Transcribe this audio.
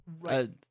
right